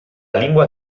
lingua